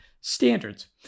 standards